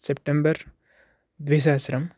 September द्विसहस्रं